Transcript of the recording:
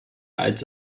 als